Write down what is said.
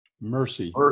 mercy